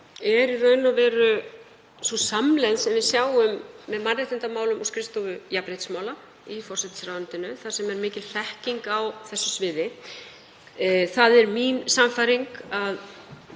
er í raun og veru sú samlegð sem við sjáum með mannréttindamálum og skrifstofu jafnréttismála í forsætisráðuneytinu þar sem er mikil þekking á þessu sviði. Það er mín sannfæring að